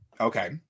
Okay